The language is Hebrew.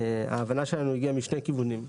ההבנה שלנו הגיעה משני כיוונים,